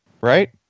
right